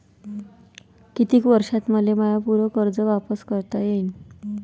कितीक वर्षात मले माय पूर कर्ज वापिस करता येईन?